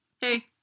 Hey